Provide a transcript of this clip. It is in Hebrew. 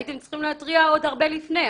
הייתם צריכים להתריע עוד הרבה לפני.